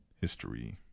history